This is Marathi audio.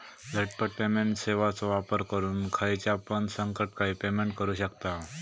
झटपट पेमेंट सेवाचो वापर करून खायच्यापण संकटकाळी पेमेंट करू शकतांव